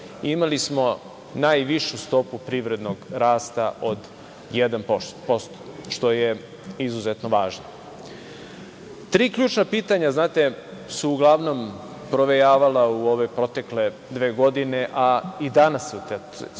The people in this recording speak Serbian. imali smo najvišu stopu privrednog rasta od 1%, što je izuzetno važno. Tri ključna pitanja su uglavnom provejavala u ove protekle dve godine, a i danas su ta tri